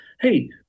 hey